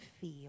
feel